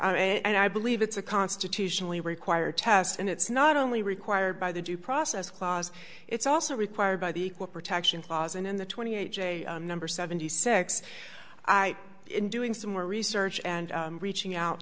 honor and i believe it's a constitutionally required test and it's not only required by the due process clause it's also required by the equal protection clause and in the twenty eight j number seventy six i in doing some more research and reaching out